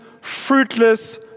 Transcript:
fruitless